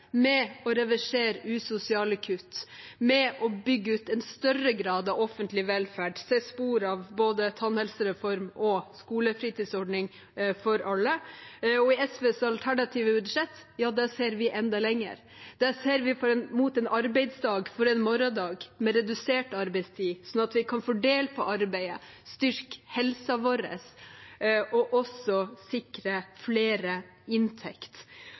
med å reversere usosiale kutt, med å bygge ut en større grad av offentlig velferd, se spor av både tannhelsereform og skolefritidsordning for alle. I SVs alternative budsjett ser vi enda lenger. Der ser vi mot en arbeidsdag, en morgendag, med redusert arbeidstid, slik at vi kan fordele arbeidet, styrke helsen vår og også sikre flere